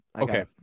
Okay